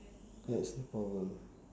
that's the problem